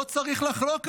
לא צריך לחלוק עליו.